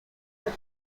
are